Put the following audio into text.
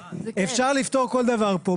אפשר לפתור כל דבר פה,